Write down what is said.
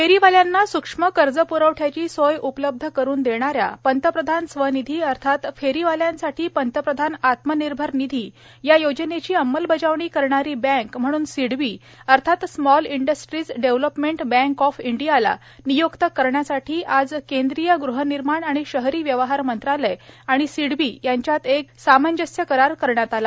फेरीवाल्यांना सूक्ष्म कर्जप्रवठ्याची सोय उपलब्ध करून देणाऱ्या पंतप्रधान स्वनिधी अर्थात फेरीवाल्यांसाठी पंतप्रधान आत्मनिर्भर निधी या योजनेची अंमलबजावणी करणारी बँक म्हणून सिडबी अर्थात small industries development bank of इंडियाला निय्क्त करण्यासाठी आज केंद्रीय गृहनिर्माण आणि शहरी व्यवहार मंत्रालय आणि सिडबी यांच्यात आज एक सामंजस्य करार करण्यात आला